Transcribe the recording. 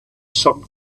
some